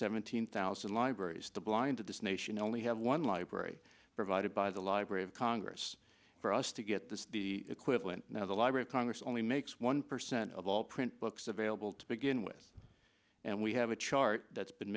seventeen thousand libraries the blind of this nation only have one library provided by the library of congress for us to get this be equivalent of the library of congress only makes one percent of all print books available to begin with and we have a chart that's been